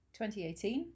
2018